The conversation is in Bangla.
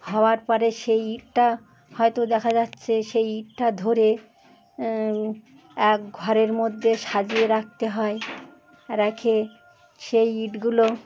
হওয়ার পরে সেই ইটটা হয়তো দেখা যাচ্ছে সেই ইটটা ধরে এক ঘরের মধ্যে সাজিয়ে রাখতে হয় রেখে সেই ইটগুলো